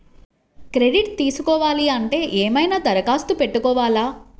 Credit తీసుకోవాలి అంటే ఏమైనా దరఖాస్తు పెట్టుకోవాలా?